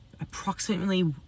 approximately